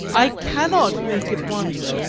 i cannot make at once.